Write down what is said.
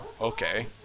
Okay